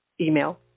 email